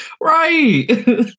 right